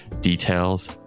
Details